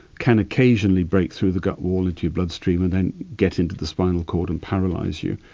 can occasionally break through the gut wall into your bloodstream and then get into the spinal cord and paralyse you.